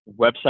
website